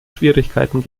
schwierigkeiten